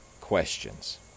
questions